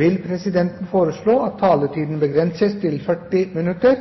vil presidenten foreslå at taletiden begrenses til 40 minutter